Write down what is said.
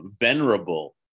venerable